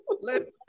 Listen